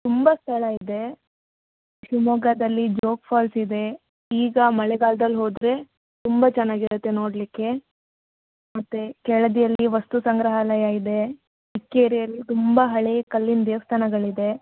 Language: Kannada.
ತುಂಬ ಸ್ಥಳ ಇದೆ ಶಿವಮೊಗ್ಗದಲ್ಲಿ ಜೋಗ್ ಫಾಲ್ಸ್ ಇದೆ ಈಗ ಮಳೆಗಾಲದಲ್ಲಿ ಹೋದರೆ ತುಂಬ ಚೆನ್ನಾಗಿರತ್ತೆ ನೋಡಲಿಕ್ಕೆ ಮತ್ತು ಕೆಳದಿಯಲ್ಲಿ ವಸ್ತು ಸಂಗ್ರಹಾಲಯ ಇದೆ ಇಕ್ಕೇರಿಯಲ್ಲಿ ತುಂಬ ಹಳೆಯ ಕಲ್ಲಿನ ದೇವಸ್ಥಾನಗಳಿದೆ